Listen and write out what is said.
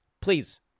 please